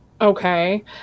Okay